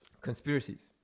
conspiracies